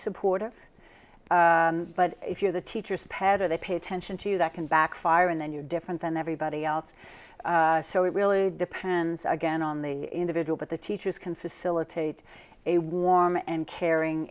supporter but if you're the teacher's pet or they pay attention to you that can backfire and then you're different than everybody else so it really depends again on the individual but the teachers can facilitate a warm and caring